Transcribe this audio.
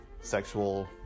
sexual